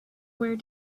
where